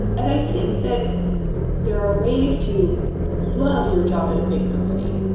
and i think that there are ways to love your job at a big company,